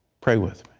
pray with